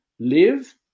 live